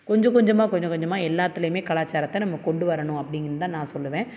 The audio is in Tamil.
கொஞ்ச கொஞ்சமாக கொஞ்ச கொஞ்சமாக எல்லாத்திலையுமே கலாச்சாரத்தை நம்ம கொண்டு வரணும் அப்படின்னுதான் நான் சொல்லுவேன்